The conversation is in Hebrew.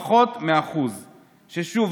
פחות מ-1% ושוב,